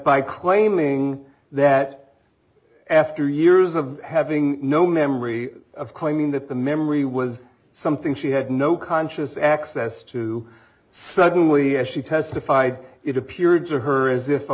by claiming that after years of having no memory of claiming that the memory was something she had no conscious access to suddenly as she testified it appeared to her as if a